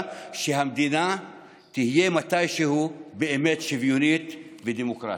שהמדינה תהיה מתישהו באמת שוויונית ודמוקרטית.